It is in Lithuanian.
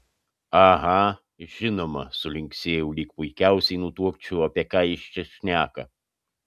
aha žinoma sulinksėjau lyg puikiausiai nutuokčiau apie ką jis čia šneka